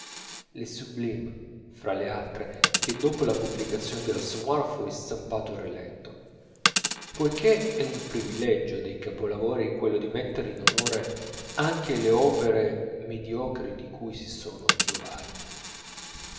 le sublime fra le altre che dopo la pubblicazione dell'assommoir fu ristampato e riletto poichè è un privilegio dei capolavori quello di mettere in onore anche le opere mediocri di cui si sono giovati